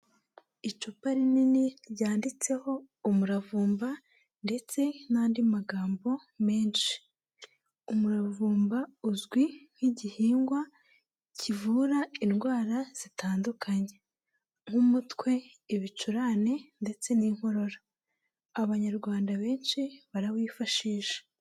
Icupa rinini ryanditseho umuravumba ndetse n'andi magambo menshi. Umuravumba uzwi nk'igihingwa kivura indwara zitandukanye, nk'umutwe, ibicurane ndetse n'inkorora. Abanyarwanda benshi barawifashisha.